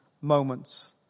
moments